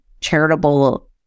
charitable